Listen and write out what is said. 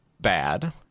bad